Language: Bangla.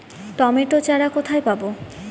টমেটো চারা কোথায় পাবো?